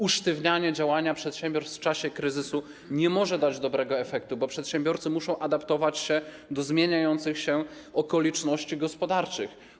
Usztywnianie działania przedsiębiorstw w czasie kryzysu nie może dać dobrego efektu, bo przedsiębiorcy muszą adaptować się do zmieniających się okoliczności gospodarczych.